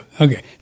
Okay